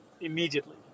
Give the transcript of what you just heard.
Immediately